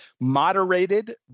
moderated